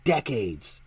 Decades